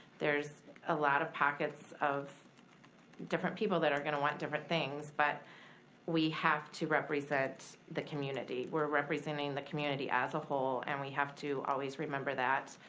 there's a lot of pockets of different people that are gonna want different things, but we have to represent the community we're representing the community as a whole and we have to always remember that.